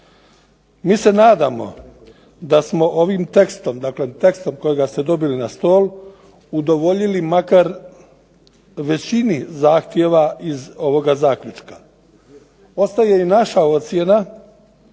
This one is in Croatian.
Mi se nadamo da smo ovim tekstom dakle tekstom kojega ste dobili na stol udovoljili makar većini zahtjeva iz ovoga zaključka. Ostaje naša ocjena